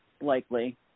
likely